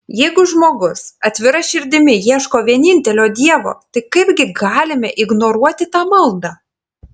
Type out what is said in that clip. jeigu žmogus atvira širdimi ieško vienintelio dievo tai kaipgi galime ignoruoti tą maldą